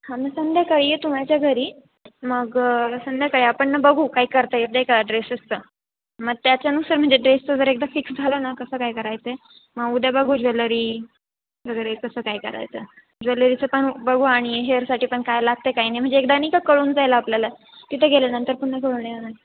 हां मग संध्याकाळी ये तू माझ्या घरी मग संध्याकाळी आपण न बघू काय करता येतंय का ड्रेसीसचं मग त्याच्यानुसार म्हणजे ड्रेस जर एकदा फिक्स झाला ना कसं काय करायचं मग उद्या बघू ज्वेलरी वगैरे कसं काय करायचं ज्वेलरीचं पण बघू आणि हेअरसाठी पण काय लागतं काय नाही म्हणजे एकदा ना का कळून जाईल आपल्याला तिथे गेल्यानंतर पुन्हा घोळ नाही होणार